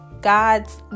god's